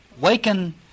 Waken